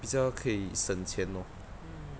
比较可以省钱哦